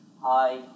Hi